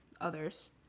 others